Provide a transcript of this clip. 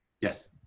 Yes